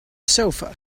sofa